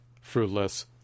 fruitless